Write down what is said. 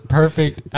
perfect